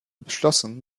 beschlossen